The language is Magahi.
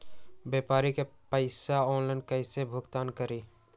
व्यापारी के पैसा ऑनलाइन कईसे भुगतान करी?